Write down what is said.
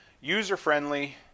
user-friendly